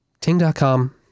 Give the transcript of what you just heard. Ting.com